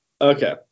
Okay